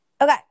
okay